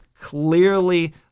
clearly